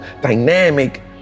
dynamic